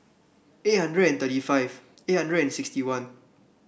eight hundred and thirty five eight hundred and sixty one